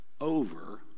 over